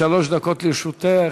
שלוש דקות לרשותך.